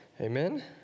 Amen